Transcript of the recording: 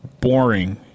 boring